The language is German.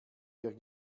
ihr